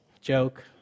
joke